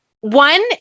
One